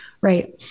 right